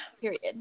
period